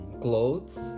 clothes